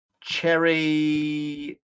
Cherry